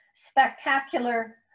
spectacular